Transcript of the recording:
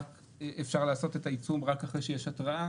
אפשר לעשות את העיצום רק אחרי שיש התרעה